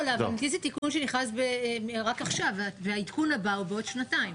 להבנתי זה תיקון שנכנס רק עכשיו והעדכון הבא הוא בעוד שנתיים.